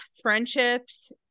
friendships